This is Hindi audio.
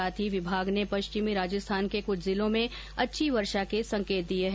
साथ ही विभाग ने पश्चिमी राजस्थान के कुछ जिलों में अच्छी वर्षा के संकेत दिये हैं